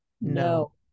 No